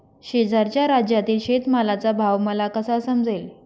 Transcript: शेजारच्या राज्यातील शेतमालाचा भाव मला कसा समजेल?